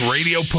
Radio